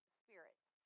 spirits